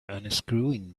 unscrewing